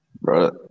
Bro